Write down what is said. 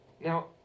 Now